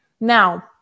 Now